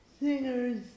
singers